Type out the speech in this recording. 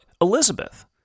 Elizabeth